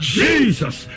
Jesus